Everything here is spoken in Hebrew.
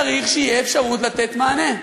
צריך שתהיה אפשרות לתת מענה.